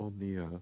omnia